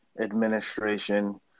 administration